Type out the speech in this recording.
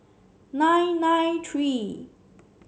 nine nine three